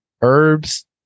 herbs